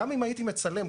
גם אם הייתי מצלם,